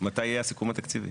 מתי יהיה הסיכום התקציבי?